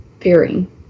fearing